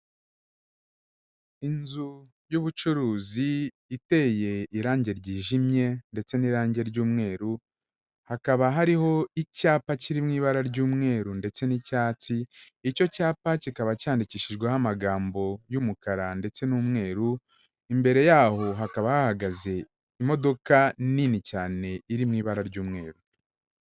Inzu y'ubucuruzi iteye irange ryijimye ndetse n'irange ry'umweru, hakaba hariho icyapa kiri mu ibara ry'umweru ndetse n'icyatsi, icyo cyapa kikaba cyandikishijweho amagambo y'umukara ndetse n'umweru, imbere y'aho hakaba hahagaze imodoka nini cyane iri mu ibara ry'umweru.